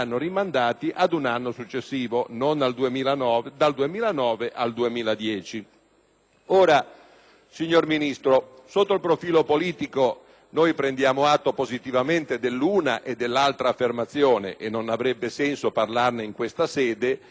Ora, signor Ministro, sotto il profilo politico noi prendiamo atto positivamente dell'una e dell'altra affermazione. Non avrebbe senso parlarne in questa sede se non ci fosse un problema nel rapporto tra queste affermazioni e il bilancio che stiamo per approvare.